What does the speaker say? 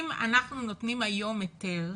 אם אנחנו נותנים היום היתר,